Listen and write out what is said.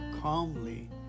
calmly